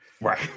right